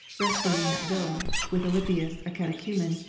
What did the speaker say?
resting in that villa, with alypius a catechumen,